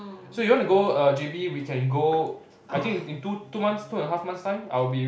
so you wanna go err j_b we can go I think in two two months two and a half months time I'll be